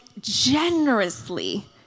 generously